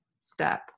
step